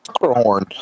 horn